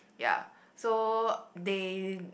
ya so they